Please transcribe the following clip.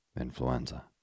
Influenza